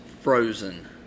Frozen